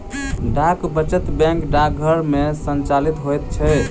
डाक वचत बैंक डाकघर मे संचालित होइत छै